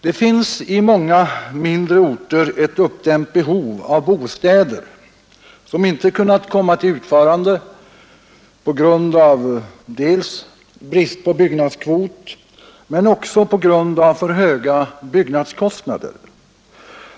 Det finns på många mindre orter ett uppdämt behov av bostäder som inte kunnat komma till utförande på grund av dels brist på byggnadskvot, dels för höga byggnadskostnader.